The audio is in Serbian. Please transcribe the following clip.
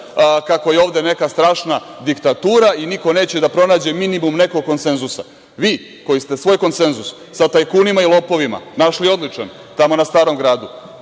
kako je ovde neka strašna diktatura i niko neće da pronađe minimum nekog konsenzusa. Vi koji ste svoj konsenzus sa tajkunima i lopovima našli odličan tamo na Starom gradu,